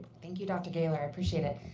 thank you, dr. gehler. i appreciate it.